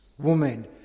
woman